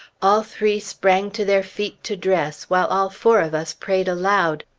all three sprang to their feet to dress, while all four of us prayed aloud.